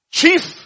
Chief